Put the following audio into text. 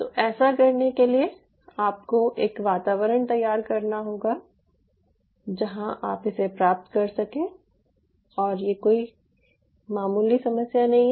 तो ऐसा करने के लिए आपको एक वातावरण तैयार करना होगा जहां आप इसे प्राप्त कर सकें और यह कोई मामूली समस्या नहीं है